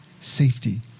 safety